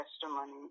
testimony